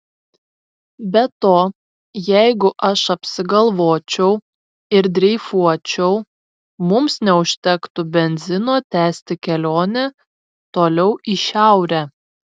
be to jeigu aš apsigalvočiau ir dreifuočiau mums neužtektų benzino tęsti kelionę toliau į šiaurę